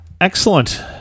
Excellent